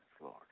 Lord